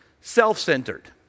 self-centered